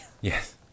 yes